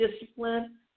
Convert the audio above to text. discipline